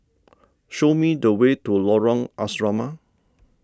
show me the way to Lorong Asrama